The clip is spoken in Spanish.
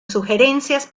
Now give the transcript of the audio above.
sugerencias